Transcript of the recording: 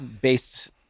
based